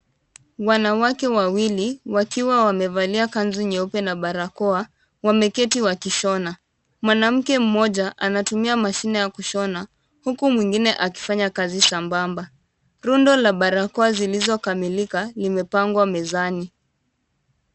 Wanawake wawili wakiwa wamevalia kanzu nyeupe na barakoa wameketi wakishona. Mwanamke mmoja anatumia mashine ya kushona huku mwingine akifanya kazi sambamba. Rundo la barakoa zilizokamilika zimepangwa mezani.